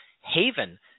Haven